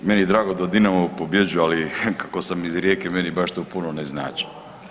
Meni je drago da Dinamo pobjeđuje, ali kako sam iz Rijeke meni baš to puno ne znači.